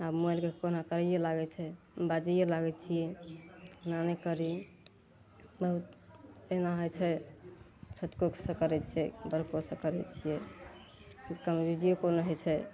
आब मोबाइलके कहूना करैए लागै छै बाजैए लागै छियै एना नहि करि मतलब एहिना होइ छै छोटको से करै छियै बड़को से करै छियै कोनो बिडियो कॉल होइ छै